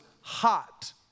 hot